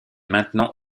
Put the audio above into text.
maintenant